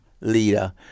leader